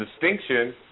distinction